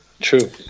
True